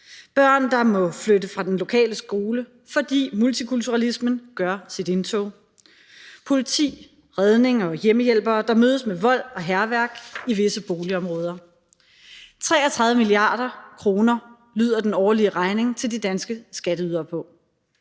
børn, der må flytte fra den lokale skole, fordi multikulturalismen gør sit indtog; politi, redningsfolk og hjemmehjælpere, der mødes med vold og hærværk i visse boligområder – 33 mia. kr. lyder den årlige regning til de danske skatteydere på.